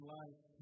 life